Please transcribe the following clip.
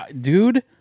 Dude